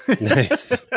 Nice